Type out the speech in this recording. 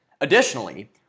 Additionally